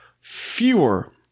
fewer